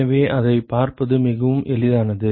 எனவே அதைப் பார்ப்பது மிகவும் எளிதானது